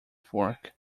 fork